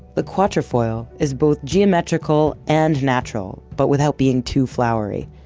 the quatrefoil, is both geometrical and natural but without being too flowery.